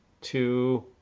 two